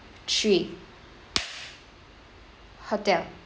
three hotel